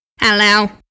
Hello